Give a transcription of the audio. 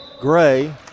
Gray